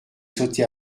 sauté